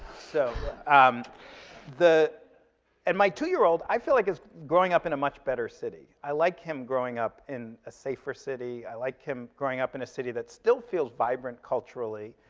so um and my two-year-old, i feel like, is growing up in a much better city. i like him growing up in a safer city. i like him growing up in a city that still feels vibrant culturally,